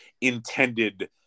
intended